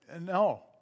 No